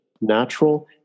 natural